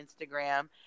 instagram